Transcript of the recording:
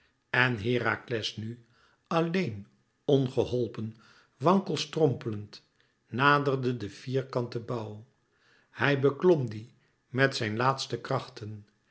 en herakles nu alleen ongeholpen wankelstrompelend naderde den vierkanten bouw hij beklom dien met zijn laatste krachten